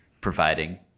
providing